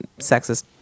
sexist